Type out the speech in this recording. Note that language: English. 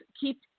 keep